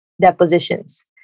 depositions